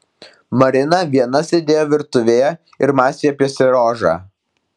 marina viena sėdėjo virtuvėje ir mąstė apie seriožą